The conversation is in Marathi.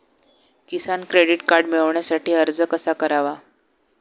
किसान क्रेडिट कार्ड मिळवण्यासाठी अर्ज कसा करावा?